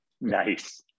Nice